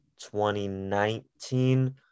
2019